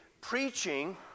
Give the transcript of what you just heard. preaching